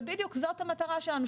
ובדיוק זאת המטרה שלנו,